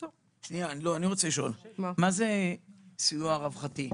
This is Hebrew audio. מה זה "סיוע רווחתי"?